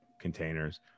containers